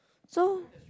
so